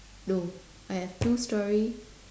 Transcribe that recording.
no I have two choice